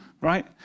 right